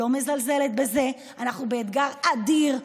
לא מזלזלת בזה, אנחנו באתגר אדיר,